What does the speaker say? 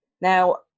Now